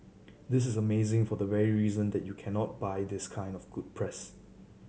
this is amazing for the very reason that you cannot buy this kind of good press